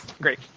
Great